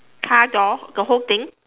car door the whole thing